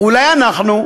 אולי אנחנו?